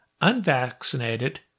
unvaccinated